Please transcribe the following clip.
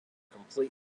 complete